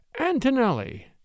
Antonelli